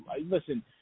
listen